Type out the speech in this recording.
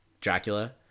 Dracula